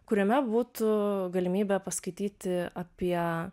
kuriame būtų galimybė paskaityti apie